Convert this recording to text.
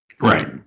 Right